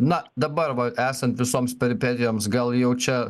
na dabarva esant visoms peripetijoms gal jau čia